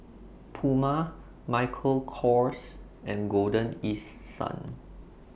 Puma Michael Kors and Golden East Sun